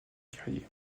guerrier